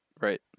right